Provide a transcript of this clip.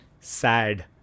sad